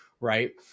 Right